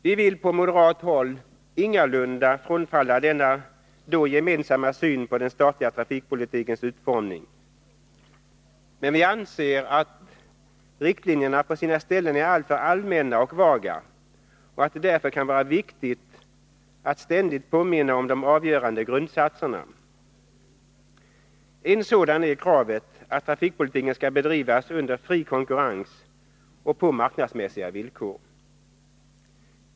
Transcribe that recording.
Vi vill på moderat håll ingalunda frånträda denna då gemensamma syn på den statliga trafikpolitikens utformning, men vi anser att riktlinjerna på sina ställen är alltför allmänna och vaga och att det därför kan vara viktigt att ständigt påminna om de avgörande grundsatserna. En sådan är kravet att trafikpolitiken skall bedrivas under fri konkurrens och på marknadsmässiga villkor.